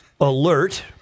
alert